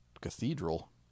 cathedral